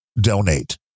donate